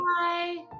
bye